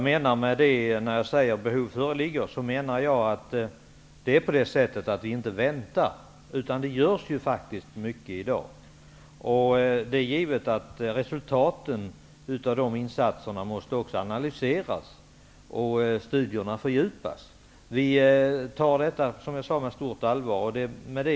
Herr talman! När jag säger att behov föreligger, menar jag att vi inte väntar. Det görs ju faktiskt mycket i dag. Det är givet att resultaten av de insatserna också måste analyseras och studierna fördjupas. Som jag sade tar vi detta på stort allvar.